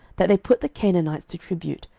that they put the canaanites to tribute,